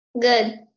Good